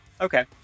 okay